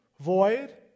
void